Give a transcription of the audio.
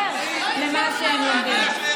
שמאפשרת לילדים להתחבר למה שהם לומדים.